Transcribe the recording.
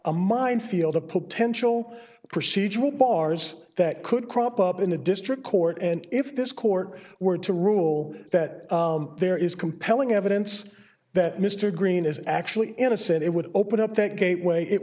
a minefield of potential procedural bars that could crop up in a district court and if this court were to rule that there is compelling evidence that mr green is actually innocent it would open up that gateway it